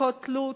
בדיקות תלות,